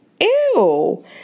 Ew